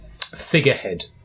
figurehead